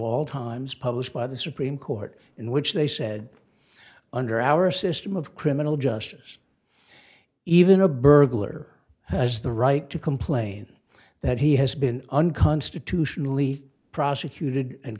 all times published by the supreme court in which they said under our system of criminal justice even a burglar has the right to complain that he has been unconstitutionally prosecuted and